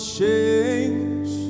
change